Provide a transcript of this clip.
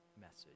message